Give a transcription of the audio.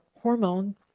hormone